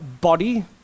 body